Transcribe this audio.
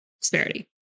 disparity